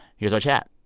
here's our chat